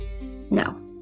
No